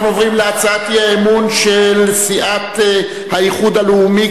אנחנו עוברים להצעת האי-אמון של סיעת האיחוד הלאומי,